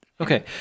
Okay